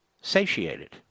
satiated